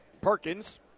Perkins